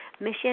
mission